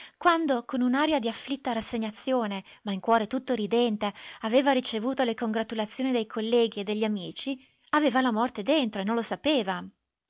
quando con un'aria di afflitta rassegnazione ma in cuore tutto ridente aveva ricevuto le congratulazioni dei colleghi e degli amici aveva la morte dentro e non lo sapeva